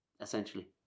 essentially